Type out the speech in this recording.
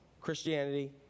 Christianity